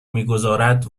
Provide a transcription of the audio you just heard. میگذارد